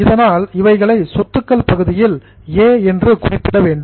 அதனால் இவைகளை சொத்துக்கள் பகுதியில் ஏ என்று குறிப்பிட வேண்டும்